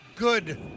good